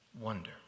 Wonder